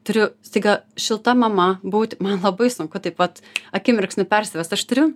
turiu staiga šilta mama būti man labai sunku taip vat akimirksniu persivest aš turiu